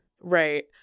Right